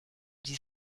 die